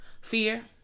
Fear